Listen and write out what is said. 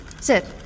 sit